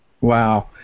Wow